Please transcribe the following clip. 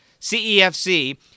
CEFC